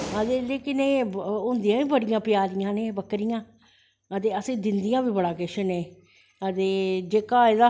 लेकिन एह् होंदियां बी बड़ियां प्यारियां न एह् बकरियां ते असेंगी दिंदियां बी बड़ा किश न एह् ते जेह्का एह्दा